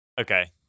Okay